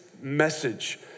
message